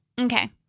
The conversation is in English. Okay